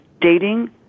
dating